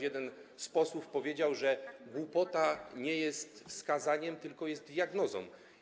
Jeden z posłów powiedział, że głupota nie jest wskazaniem, tylko jest diagnozą.